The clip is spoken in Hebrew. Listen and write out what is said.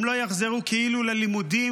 הם לא יחזרו כאילו ללימודים,